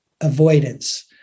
avoidance